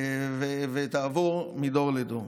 ותעבור מדור לדור.